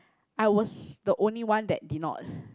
I was the only one that did not